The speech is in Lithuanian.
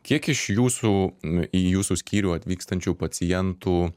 kiek iš jūsų į jūsų skyrių atvykstančių pacientų